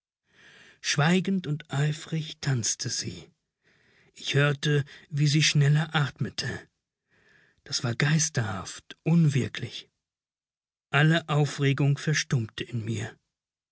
schweigend und eifrig tanzte sie ich hörte wie sie schneller atmete das war geisterhaft unwirklich alle aufregung verstummte in mir